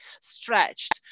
stretched